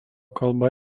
kalba